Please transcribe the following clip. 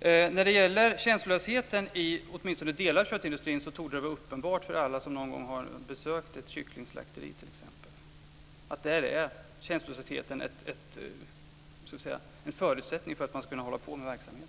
När det gäller känslolösheten i åtminstone delar av köttindustrin torde det vara uppenbart för alla som någon gång besökt t.ex. ett kycklingslakteri att känslolösheten är en förutsättning för att man ska kunna hålla på med verksamheten.